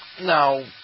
Now